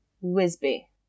Wisby